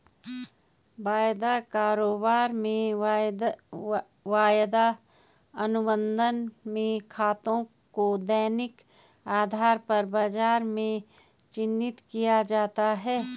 वायदा कारोबार में वायदा अनुबंध में खातों को दैनिक आधार पर बाजार में चिन्हित किया जाता है